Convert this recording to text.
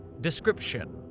Description